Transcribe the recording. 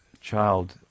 child